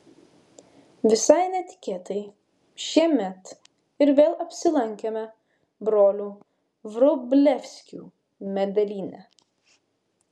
visai netikėtai šiemet ir vėl apsilankėme brolių vrublevskių medelyne